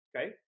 okay